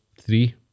three